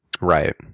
Right